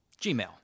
Gmail